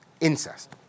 Incest